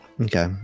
okay